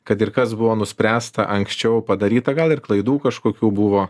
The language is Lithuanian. kad ir kas buvo nuspręsta anksčiau padaryta gal ir klaidų kažkokių buvo